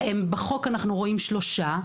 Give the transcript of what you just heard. בחוק אנחנו רואים שלושה,